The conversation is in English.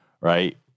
right